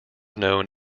known